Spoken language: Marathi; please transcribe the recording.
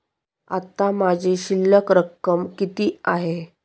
आता माझी शिल्लक रक्कम किती आहे?